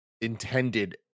intended